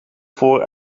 voor